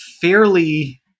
fairly